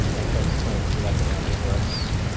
aphex twin's selected ambient works.